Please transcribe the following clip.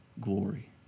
glory